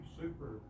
super